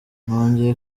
nongeye